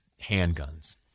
handguns